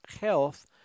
health